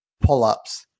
pull-ups